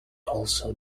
also